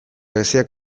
geziak